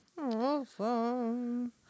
Awesome